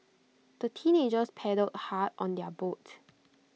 the teenagers paddled hard on their boat